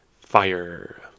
fire